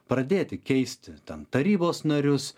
pradėti keisti ten tarybos narius